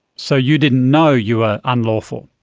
so you didn't know you were unlawful?